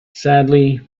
sadly